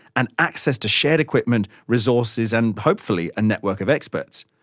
and access to shared equipment, resources and, hopefully, a network of experts.